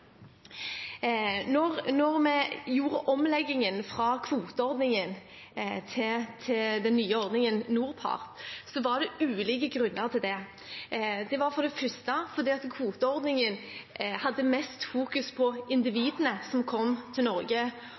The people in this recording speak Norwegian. vi gjorde omleggingen fra kvoteordningen til den nye ordningen NORPART, var det ulike grunner til det. Det var for det første at kvoteordningen fokuserte mest på individene som kom til Norge